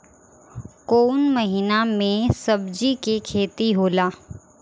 कोउन महीना में सब्जि के खेती होला?